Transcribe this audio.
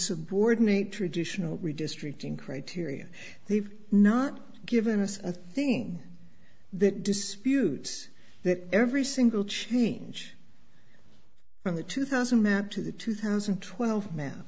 subordinate traditional redistricting criteria they've not given us a thing that disputes that every single change from the two thousand map to the two thousand and twelve ma